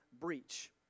breach